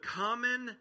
common